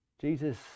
Jesus